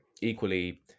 equally